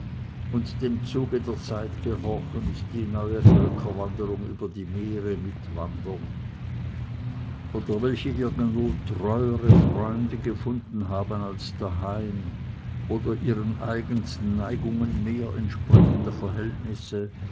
und dem zuge der zeit gehorchend die neue völkerwanderung über die meere mitwandern oder welche irgendwo treuere freunde gefunden haben als daheim oder ihren eigensten neigungen mehr entsprechende verhältnisse